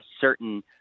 certain